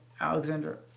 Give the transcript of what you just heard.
Alexander